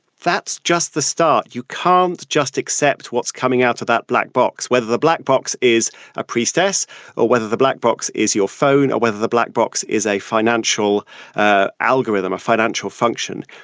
that's just the start. you can't just accept what's coming out of that black box, whether the black box is a priestess or whether the black box is your phone or whether the black box is a financial ah algorithm, a financial function.